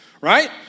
right